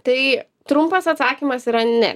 tai trumpas atsakymas yra ne